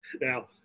Now